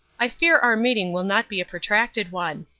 i fear our meeting will not be a protracted one.